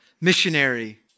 missionary